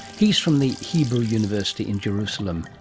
he's from the hebrew university in jerusalem,